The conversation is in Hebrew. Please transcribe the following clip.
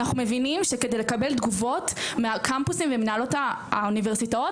אנחנו מבינים שכדי לקבל תגובות מהקמפוסים ומהנהלות האוניברסיטאות,